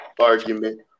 argument